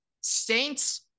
Saints